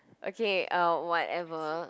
okay uh whatever